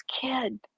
kid